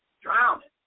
drowning